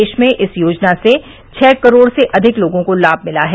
देश में इस योजना से छह करोड से अधिक लोगों को लाम मिला है